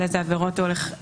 על איזה עבירות הוא יחול.